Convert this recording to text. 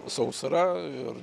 sausra ir